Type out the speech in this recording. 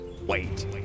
wait